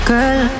Girl